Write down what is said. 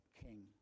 king